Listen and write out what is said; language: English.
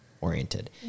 oriented